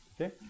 okay